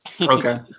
Okay